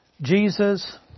Jesus